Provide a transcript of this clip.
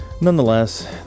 nonetheless